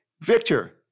Victor